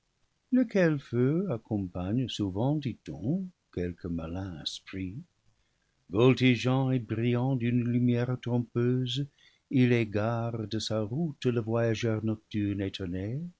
le mouvement lequel feu accompagne souvent dit-on quelque malin esprit voltigeant et brillant d'une lumière trompeuse il égare de sa route le voyageur nocturne